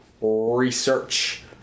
research